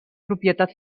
propietat